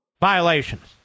violations